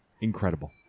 Incredible